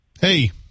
Hey